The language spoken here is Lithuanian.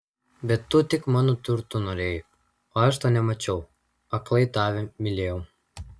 bet tu tik mano turtų norėjai o aš to nemačiau aklai tave mylėjau